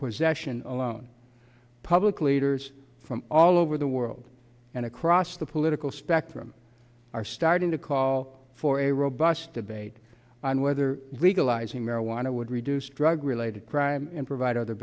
possession alone public leaders from all over the world and across the political spectrum are starting to call for a robust debate on whether legalizing marijuana would reduce drug related crime and provide other